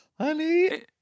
Honey